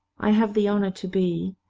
i have the honour to be,